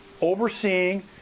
overseeing